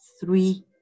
three